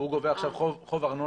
הוא גובה עכשיו חוב ארנונה